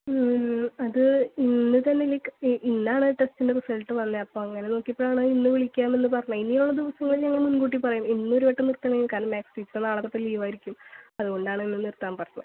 അത് ഇന്നുതന്നെ ലൈക് ഇന്നാണ് ടെസ്റ്റിൻറെ റിസൾട്ട് വന്നത് അപ്പോൾ അങ്ങനെ നോക്കിയപ്പോഴാണ് ഇന്ന് വിളിക്കാമെന്ന് പറഞ്ഞത് ഇനിയുള്ള ദിവസങ്ങളിൽ ഞങ്ങൾ മുൻകൂട്ടി പറയും ഇന്ന് ഒരുവട്ടം നിർത്തണതിന് കാരണം മാത്സ് ടീച്ചർ നാളെത്തൊട്ട് ലീവ് ആയിരിക്കും അതുകൊണ്ടാണ് ഇന്ന് നിർത്താൻ പറഞ്ഞത്